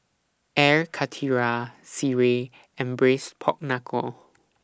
Air Karthira Sireh and Braised Pork Knuckle